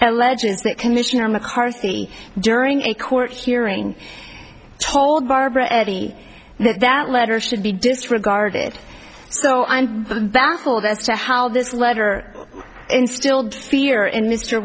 alleges that commissioner mccarthy during a court hearing told barbara eddie that letter should be disregarded so i'm baffled as to how this letter instilled fear in mr